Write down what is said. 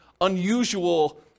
unusual